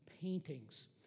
paintings